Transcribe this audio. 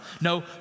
No